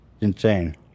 Insane